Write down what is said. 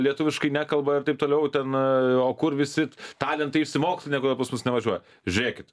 lietuviškai nekalba ir taip toliau ten o kur visi talentai išsimokslinę kodėl pas mus nevažiuoja žiūrėkit